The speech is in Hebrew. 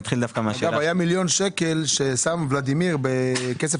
אגב היה מיליון שקל ששם ולדימיר בכסף